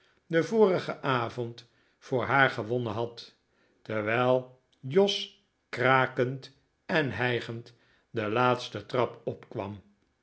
den vorigen avond voor haar gewonnen had terwijl jos krakend en hijgend de laatste trap opkwam